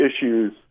issues